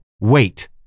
wait